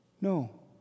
No